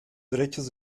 derechos